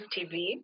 TV